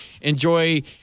enjoy